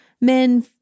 men